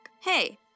hey